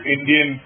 Indian